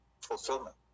fulfillment